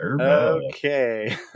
Okay